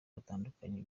batandukanye